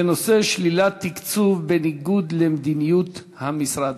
בנושא: שלילת תקצוב בניגוד למדיניות המשרד.